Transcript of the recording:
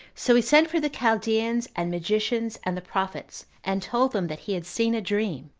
so he sent for the chaldeans and magicians, and the prophets, and told them that he had seen a dream,